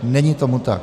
Není tomu tak.